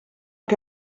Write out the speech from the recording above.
que